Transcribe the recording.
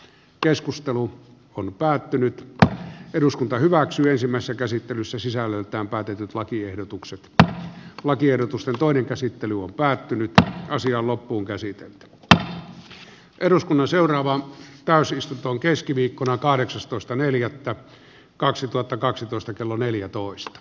keskustelu on päättynyt että eduskunta ensimmäisessä käsittelyssä sisällöltään päätetyt lakiehdotukset että lakiehdotusta toinen käsittely on päättynyt ja asia on loppuunkäsitelty mutta eduskunnan seuraavaan täysistuntoon keskiviikkona kahdeksastoista neljättä kaksituhattakaksitoista kello neljätoista